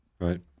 right